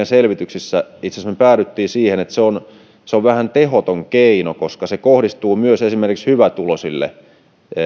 selvityksissä itse asiassa siihen että se on se on vähän tehoton keino koska se kohdistuu myös esimerkiksi hyvätuloisille